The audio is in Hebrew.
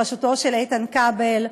בראשותו של איתן כבל,